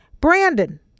brandon